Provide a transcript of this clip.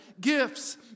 gifts